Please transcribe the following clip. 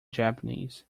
japanese